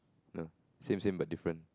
ya same same but different